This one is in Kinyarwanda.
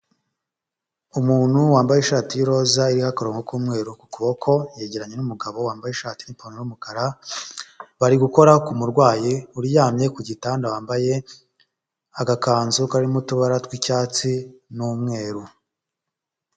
Umuntu wambaye ishati y'iroza iriho akorango k'umweru ku kuboko yegeranye n'umugabo wambaye ishati n'ipantaro y'umukara, bari gukora ku murwayi uryamye ku gitanda wambaye agakanzu karimo utubara tw'icyatsi n'umweru.